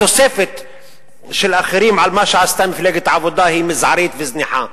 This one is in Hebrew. התוספת של האחרים על מה שעתה מפלגת העבודה היא מזערית וזניחה.